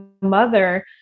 mother